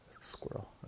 Squirrel